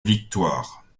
victoires